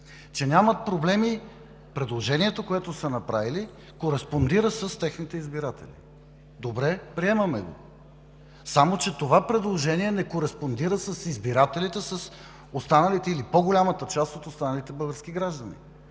че нямат проблеми –предложението, което са направили, кореспондира с техните избиратели. Добре, приемаме го. Само че това предложение не кореспондира с избирателите, с останалите или по-голямата част от останалите български граждани.